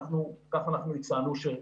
כך אנחנו הצענו,